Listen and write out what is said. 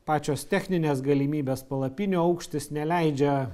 pačios techninės galimybės palapinių aukštis neleidžia